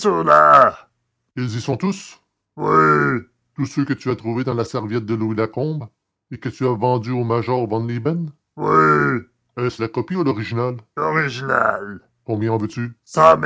ils y sont tous oui tous ceux que tu as trouvés dans la serviette de louis lacombe et que tu as vendus au major von lieben oui est-ce la copie ou l'original l'original combien en veux-tu